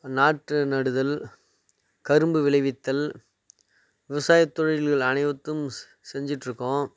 நாற்று நடுதல் கரும்பு விளைவித்தல் விவசாயத்தொழில்கள் அனைத்தும் செஞ்சிட்டு இருக்கோம்